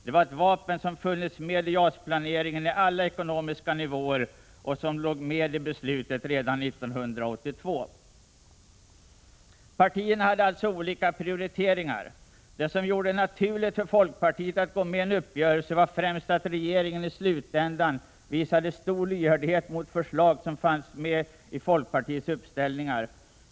Det var ett vapen som funnits med i JAS-planeringen på alla ekonomiska nivåer och som fanns med redan i beslutet 1982. Partierna hade alltså olika prioriteringar. Det som gjorde det naturligt för folkpartiet att gå med i en uppgörelse var främst att regeringen i slutändan visade stor lyhördhet mot förslag som fanns med i folkpartiets uppställningar.